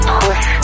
push